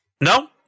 No